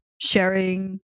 sharing